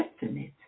definite